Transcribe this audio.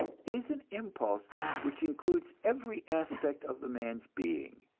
is an impulse which includes every aspect of the man's being.